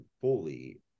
fully